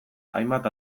hainbat